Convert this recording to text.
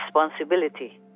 responsibility